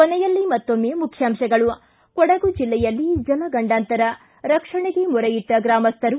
ಕೊನೆಯಲ್ಲಿ ಮತ್ತೊಮ್ಮೆ ಮುಖ್ಯಾಮಶಗಳು ಕೊಡಗು ಜಿಲ್ಲೆಯಲ್ಲಿ ಜಲಗಂಡಾಂತರ ರಕ್ಷಣೆಗೆ ಮೊರೆಯಿಟ್ಟ ಗ್ರಾಮಸ್ಥರು